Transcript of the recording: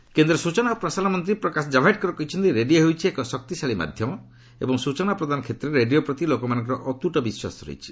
ଜାଭଡେକର କେନ୍ଦ୍ର ସୂଚନା ଓ ପ୍ରସାରଣ ମନ୍ତ୍ରୀ ପ୍ରକାଶ ଜାଭଡେକର କହିଛନ୍ତି ରେଡିଓ ହେଉଛି ଏକ ଶକ୍ତିଶାଳୀ ମାଧ୍ୟମ ଏବଂ ସ୍ୱଚନା ପ୍ରଦାନ କ୍ଷେତ୍ରରେ ରେଡିଓ ପ୍ରତି ଲୋକମାନଙ୍କର ଅତ୍ତୁଟ ବିଶ୍ୱାସ ରହିଛି